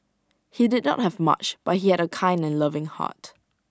he did not have much but he had A kind and loving heart